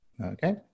Okay